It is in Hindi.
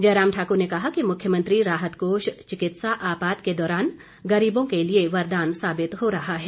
जयराम ठाकुर ने कहा कि मुख्यमंत्री राहत कोष चिकित्सा आपात के दौरान गरीबों के लिए वरदान साबित हो रहा है